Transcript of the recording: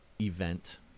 event